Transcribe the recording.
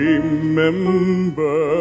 Remember